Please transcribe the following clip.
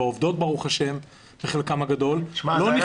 ועובדות ברוך השם בחלקן הגדול --- זה היה